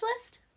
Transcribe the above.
list